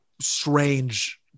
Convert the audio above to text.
strange